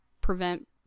prevent